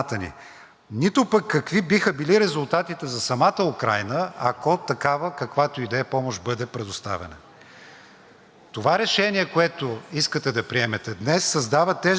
Това решение, което искате да приемете днес, създава тежък институционален разлом, доколкото президентът ясно изрази позиция против предоставянето на военна помощ.